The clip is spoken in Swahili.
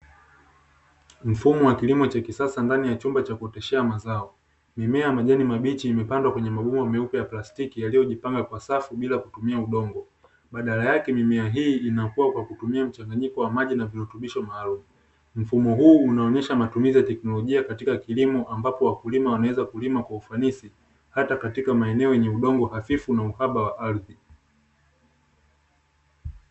Mfumo wa kilimo cha kisasa ndani ya chumbaa cha kuoteshea mazao ,mimea ya majani mabichi imepandwa kwenye mabomba meupe ya plastiki kuoteshea yaliyojipanga kwa safu bila kutumia udongo .baadala yake mimea hii inakua kwa kutumia mchanganyiko wa maji na virutubishio maalumu .mfumo huu unaonyesha matumizi ya teknolojia katika kilimo ambapo wakulima wanaweza kulima kwa ufanisi hata katika maeneo yenye udongo hafifu na uhaba wa ardhi.